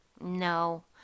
No